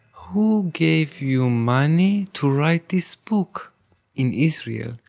who gave you money to write this book in israel?